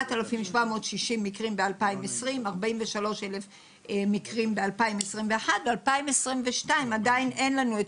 4,760 מקרים בשנת 2020. בשנת 2022 עדיין אין לנו את